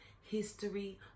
History